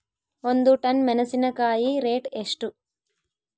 ಒಂದು ಟನ್ ಮೆನೆಸಿನಕಾಯಿ ರೇಟ್ ಎಷ್ಟು?